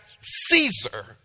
Caesar